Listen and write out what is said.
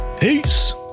Peace